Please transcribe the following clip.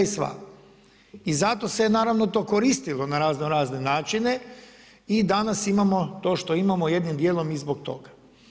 I zato se naravno to koristilo na razno razne načine i danas imamo to što imamo jednim dijelom i zbog toga.